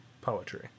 poetry